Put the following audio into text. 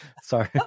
sorry